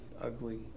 ugly